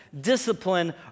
discipline